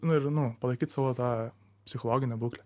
nu ir nu palaikyt savo tą psichologinę būklę